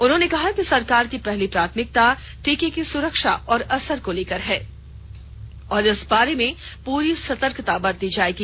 उन्होंने कहा कि सरकार की पहली प्राथमिकता टीके की सुरक्षा और असर को लेकर है तथा इस बारे में पूरी सतर्कता बरती जायेगी